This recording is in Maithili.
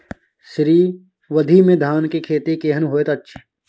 श्री विधी में धान के खेती केहन होयत अछि?